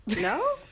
No